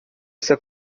essa